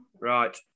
Right